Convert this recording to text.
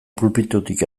pulpitutik